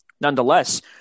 nonetheless